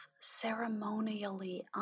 ceremonially